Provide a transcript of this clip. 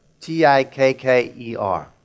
T-I-K-K-E-R